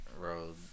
road